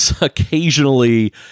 occasionally